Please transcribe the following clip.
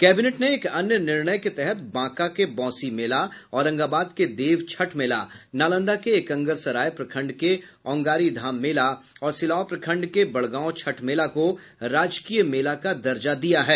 cabinet ने एक अन्य निर्णय के तहत बांका के बौंसी मेला औरंगाबाद के देव छठ मेला नालंदा के एकंगरसराय प्रखण्ड के औंगारीधाम मेला और सिलाव प्रखण्ड के बड़गांव छठ मेला को राजकीय मेला का दर्जा दिया है